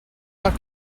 are